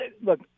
Look